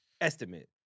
Estimate